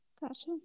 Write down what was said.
Gotcha